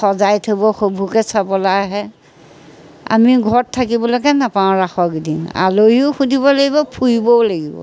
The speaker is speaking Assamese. সজাই থ'ব সেইবোৰকে চাবলৈ আহে আমি ঘৰত থাকিবলৈকে নাপাওঁ ৰাসৰকেইদিন আলহীও সুধিব লাগিব ফুৰিবও লাগিব